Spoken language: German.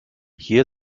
hier